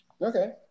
Okay